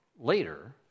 later